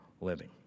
living